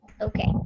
Okay